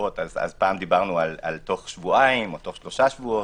פעם דיברנו על תוך שבועיים, תוך שלושה שבועות.